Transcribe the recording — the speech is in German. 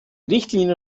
richtlinie